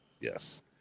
Yes